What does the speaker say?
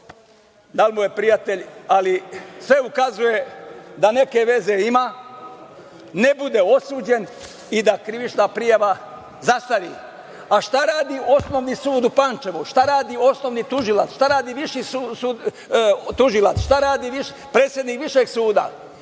da li mu je prijatelj, ali sve ukazuje da neke veze ima, ne bude osuđen i da krivična prijava zastari. Šta radi Osnovni sud u Pančevu? Šta radi javni tužilac? Šta radi viši tužilac?